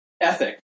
ethic